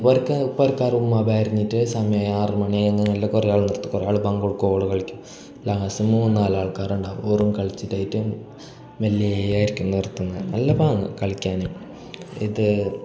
പുരക്ക് പുരക്കാർ ഉമ്മ ബഹരിഞ്ഞിട്ടുള്ള സമയം ആറ് മണി അങ്ങനെയെല്ലാം കുറേ ആളെടുത്തു കുറേയാൾ ബാങ്ക് എടുക്കുവോളം കളിക്കും ലാസ്റ്റ് ആകുമ്പോൾ മൂന്നാലാൾക്കാരുണ്ടാകും ഓറും കളിച്ചിട്ടായിട്ട് മെല്ലേ ആർക്കും നിർത്തുന്നത് നല്ല പാങ്ങ് കളിക്കാൻ ഇത്